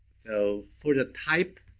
so for the type,